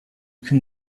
can